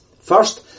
First